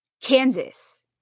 kansas